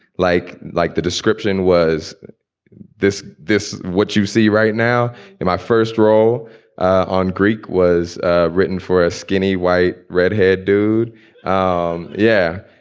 like like the description was this this what you see right now in my first role on greek was ah written for a skinny, white, red haired dude um yeah.